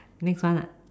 next one ah